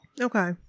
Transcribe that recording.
Okay